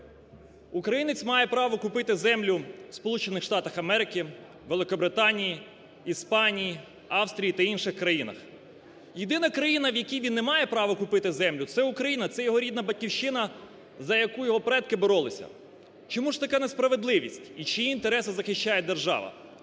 Українець має право купити землю в Сполучених Штатах Америки, Великобританії, Іспанії, Австрії та інших країнах. Єдина країна, в якій він не має права купити землю, це Україна, це його рідна Батьківщина, за яку його предки боролися. Чому ж така несправедливість і чиї інтереси захищає держава?